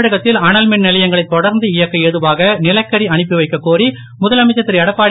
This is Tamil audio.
தமிழகத்தில் அனல்மின் நிலையங்களைத் தொடர்ந்து இயக்க ஏதுவாக நிலக்கரி அனுப்பிவைக்கக் கோரி முதலமைச்சர் இருஎடப்பாடி